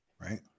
right